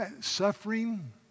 suffering